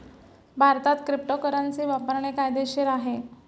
भारतात क्रिप्टोकरन्सी वापरणे कायदेशीर आहे का?